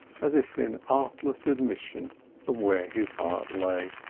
as if in artless admission of where his heart lay.